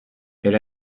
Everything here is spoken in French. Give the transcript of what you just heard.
elle